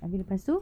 habis lepas tu